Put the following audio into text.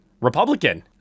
Republican